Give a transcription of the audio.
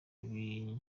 ibintu